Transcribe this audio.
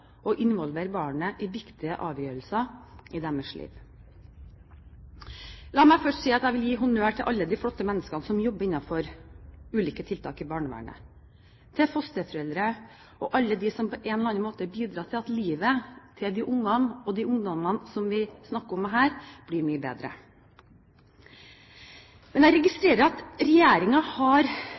og involvere barnet i viktige avgjørelser i dets liv. La meg først si at jeg vil gi honnør til alle de flotte menneskene som jobber innenfor ulike deler av barnevernet, til fosterforeldre og alle de som på en eller annen måte bidrar til at livet til disse barna og de ungdommene som vi snakker om her, blir mye bedre. Men jeg registrerer at regjeringen – og særlig etter statsrådens redegjørelse fredag – har